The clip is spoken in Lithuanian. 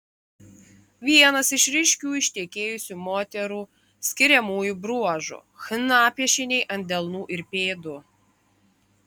vienas iš ryškių ištekėjusių moterų skiriamųjų bruožų chna piešiniai ant delnų ir pėdų